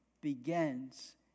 begins